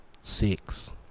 six